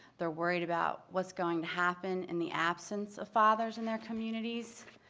they're worried about what's going to happen in the absence of fathers in their communities.